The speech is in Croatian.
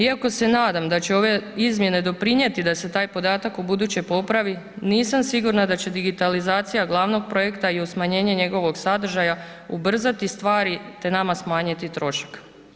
Iako se nadam da će ove izmjene doprinijeti da se taj podatak ubuduće popravi nisam sigurna da će digitalizacija glavnog projekta i uz smanjenje njegovog sadržaja ubrzati stvari te nama smanjiti trošak.